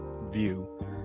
view